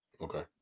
Okay